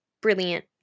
brilliant